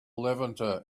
levanter